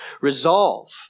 resolve